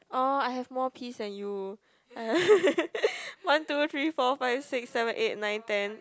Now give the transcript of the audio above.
oh I have more peas then you one two three four five six seven eight nine ten